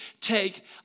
take